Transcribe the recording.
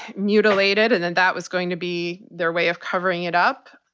mutilated and that that was going to be their way of covering it up.